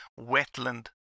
wetland